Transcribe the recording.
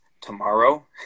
tomorrow